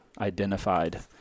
identified